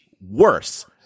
worse